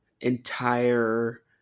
entire